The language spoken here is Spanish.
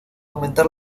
aumentar